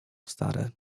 stare